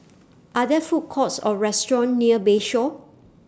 Are There Food Courts Or restaurants near Bayshore